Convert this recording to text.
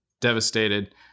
devastated